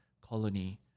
colony